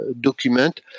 document